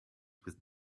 with